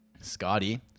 Scotty